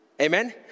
Amen